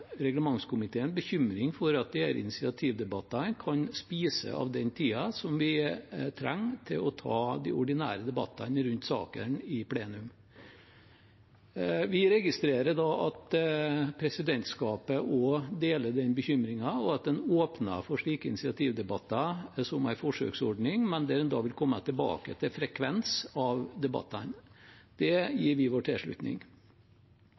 reglementskomiteen bekymring for at disse initiativdebattene kan spise av den tiden som vi trenger til å ta de ordinære debattene rundt saker i plenum. Vi registrerer at presidentskapet deler den bekymringen, og at en åpner for slike initiativdebatter som en forsøksordning, men der en da vil komme tilbake til frekvens på debattene. Det gir vi vår tilslutning